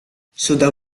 sudah